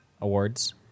awards